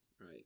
right